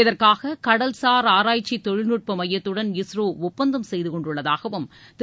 இதற்காக கடல்சார் ஆராய்ச்சி தொழில்நுட்ப மையத்துடன் இஸ்ரோ ஒப்பந்தம் செய்து கொண்டுள்ளதாகவும் திரு